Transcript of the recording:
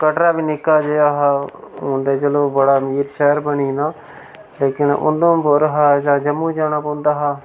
कटरा बी निक्का जेहा हा हून ते चलो बड़ा अमीर शैह्र बनी दा लेकिन उधमपुर हा जां जम्मू जाना पौंदा हा